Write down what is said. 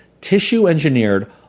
Tissue-Engineered